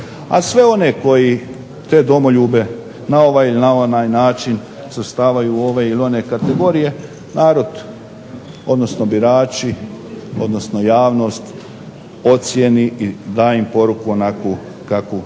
A sve one koji te domoljube na ovaj ili onaj način svrstavaju u ove ili one kategorije, narod, odnosno birači, odnosno javnost ocijeni i da im poruku onakvu kakvu